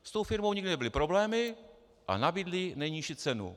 S tou firmou nikdy nebyly problémy a nabídli nejnižší cenu.